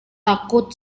takut